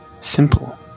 simple